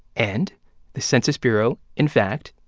and the census bureau, in fact,